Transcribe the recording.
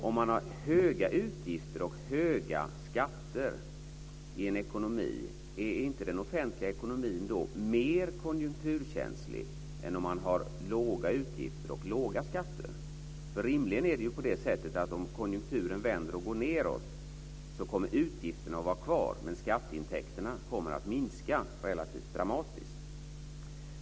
Om man har höga utgifter och höga skatter i en ekonomi, finansministern, är inte den offentliga ekonomin då mer konjunkturkänslig än om man har låga utgifter och låga skatter? Rimligen är det så att om konjunkturen vänder och går nedåt kommer utgifterna att vara kvar men skatteintäkterna kommer att minska dramatiskt.